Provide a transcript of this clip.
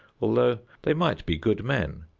although they might be good men,